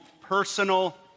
personal